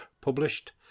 published